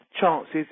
chances